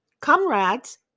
Comrades